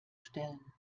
stellen